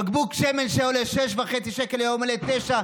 בקבוק שמן, שהיה עולה 6.5 שקל, היום עולה 9,